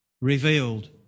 revealed